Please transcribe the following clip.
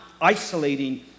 isolating